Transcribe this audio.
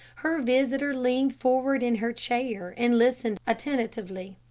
her visitor leaned forward in her chair, and listened attentively.